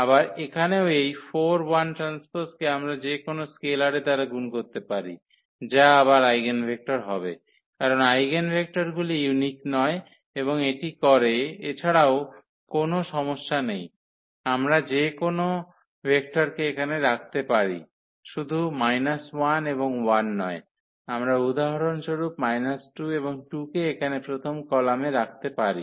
আবার এখানেও এই কে আমরা যে কোনও স্কেলারের দ্বারা গুণ করতে পারি যা আবার আইগেনভেক্টর হবে কারণ আইগেনভেক্টরগুলি ইউনিক নয় এবং এটি করে এছাড়াও কোনও সমস্যা নেই আমরা যে কোনও ভেক্টরকে এখানেই রাখতে পারি শুধু −1 এবং 1 নয় আমরা উদাহরণস্বরূপ 2 এবং 2 কে এখানে প্রথম কলামে রাখতে পারি